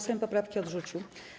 Sejm poprawki odrzucił.